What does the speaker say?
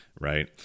right